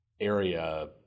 area